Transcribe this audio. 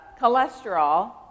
cholesterol